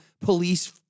police